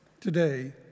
today